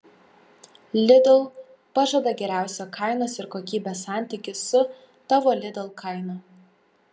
lidl pažada geriausią kainos ir kokybės santykį su tavo lidl kaina